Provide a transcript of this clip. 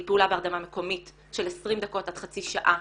היא פעולה בהרדמה מקומית של 20 דקות עד חצי שעה,